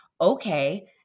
okay